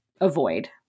avoid